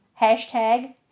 Hashtag